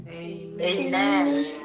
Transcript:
Amen